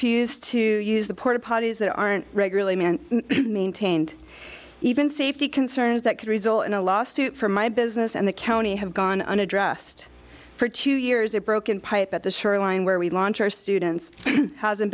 refused to use the porta potties that aren't regularly manned maintained even safety concerns that could result in a lawsuit from my business and the county have gone unaddressed for two years a broken pipe at the shoreline where we launch our students hasn't